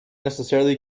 necessarily